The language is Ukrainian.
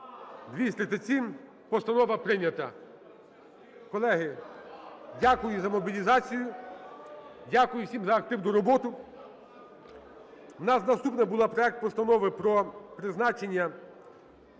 237, постанова прийнята. Колеги, дякую за мобілізацію. Дякую всім за активну роботу. У нас наступний був проект Постанови про призначення